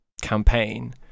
campaign